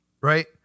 Right